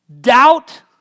Doubt